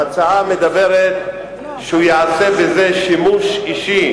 ההצעה אומרת שהוא יעשה בזה שימוש אישי,